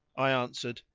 i answered,